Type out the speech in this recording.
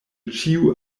ĉiu